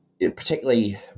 particularly